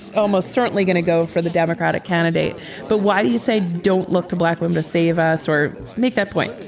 so almost certainly going to go for the democratic candidate but why do you say don't look to black women to save us or make that point?